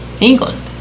England